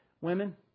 Women